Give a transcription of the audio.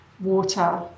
water